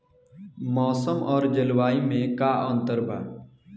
मौसम और जलवायु में का अंतर बा?